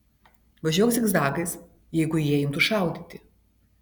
važiuok zigzagais jeigu jie imtų šaudyti